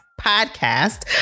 Podcast